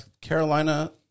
Carolina